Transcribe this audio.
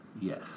Yes